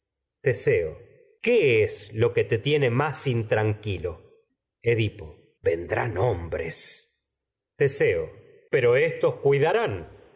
teseo qué es lo que te tiene más intranquilo edipo vendrán hombres teseo pero éstos cuidarán